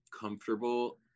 comfortable